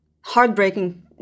heartbreaking